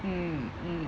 mm mm